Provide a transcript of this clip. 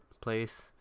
place